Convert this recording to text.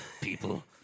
people